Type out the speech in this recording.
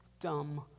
dumb